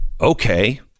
Okay